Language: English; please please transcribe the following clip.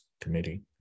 committee